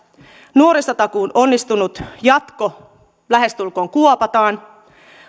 nuorisotakuun onnistunut jatko lähestulkoon kuopataan